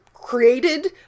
created